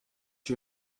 you